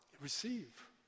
receive